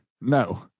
No